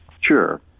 Sure